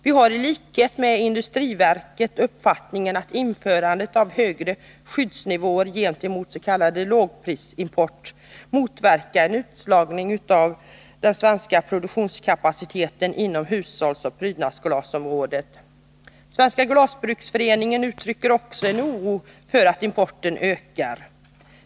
Vi hari likhet med industriverket uppfattningen att införandet av högre skyddsnivåer gentemot s.k. lågprisimport motverkar en utslagning av svensk produktionskapacitet inom hushållsoch prydnadsglasområdet. Svenska glasbruksföreningen uttrycker också en oro för att importen ökar.